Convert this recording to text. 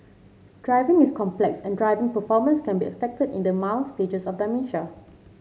driving is complex and driving performance can be affected in the mild stages of dementia